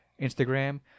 Instagram